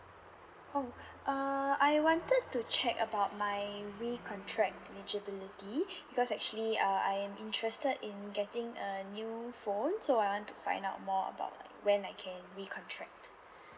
oh uh I wanted to check about my recontract eligibility because actually uh I am interested in getting a new phone so I want to find out more about like when I can recontract